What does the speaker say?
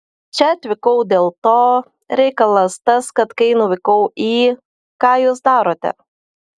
čia atvykau dėl to reikalas tas kad kai nuvykau į ką jūs darote